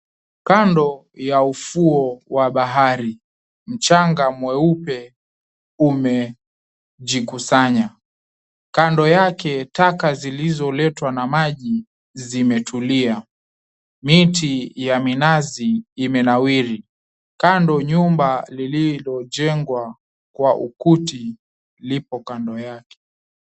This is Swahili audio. Kando ya ufuo wa bahari, mchanga mweupe umejikusanya. Kando yake taka zilizoletwa na maji zimetulia. Miti ya minazi imenawiri. Kando nyumba lililojengwa kwa ukuti lipo kando yake.